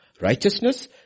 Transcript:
Righteousness